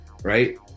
right